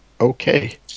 okay